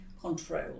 control